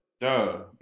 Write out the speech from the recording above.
Duh